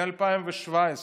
מ-2017,